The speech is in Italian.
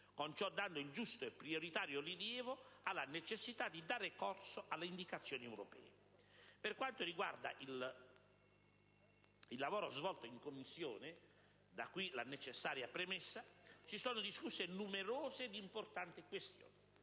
con ciò dando il giusto e prioritario rilievo alla necessità di dare corso alle indicazioni europee. Per quanto riguarda il lavoro svolto in Commissione (da qui la necessaria premessa), si sono discusse numerose ed importanti questioni.